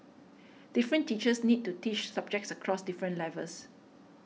different teachers need to teach subjects across different levels